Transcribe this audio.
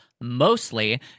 mostly